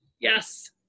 Yes